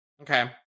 Okay